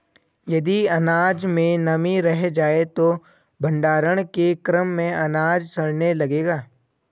यदि अनाज में नमी रह जाए तो भण्डारण के क्रम में अनाज सड़ने लगेगा